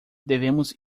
devemos